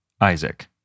Isaac